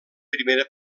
primera